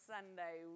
Sunday